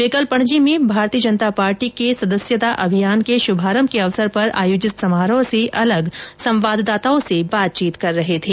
वे कल पणजी में भारतीय जनता पार्टी के सदस्यता अभियान के शुभारंभ के अवसर पर आयोजित समारोह से अलग संवाददाताओं से बातचीत कर रहे थे